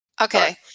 Okay